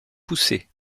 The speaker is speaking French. poussées